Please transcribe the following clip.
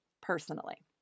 personally